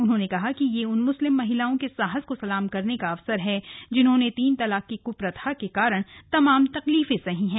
उन्होंने कहा कि यह उन मुस्लिम महिलाओं के साहस को सलाम करने का अवसर है जिन्होंने तीन तलाक की कुप्रथा के कारण तमाम तकलीफें सही हैं